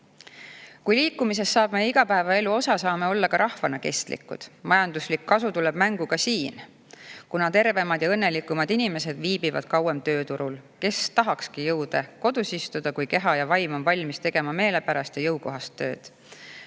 liikumisest saab meie igapäevaelu osa, saame olla ka rahvana kestlikud. Majanduslik kasu tuleb mängu ka siin, kuna tervemad ja õnnelikumad inimesed viibivad kauem tööturul. Kes tahakski jõude kodus istuda, kui keha ja vaim on valmis tegema meelepärast ja jõukohast tööd?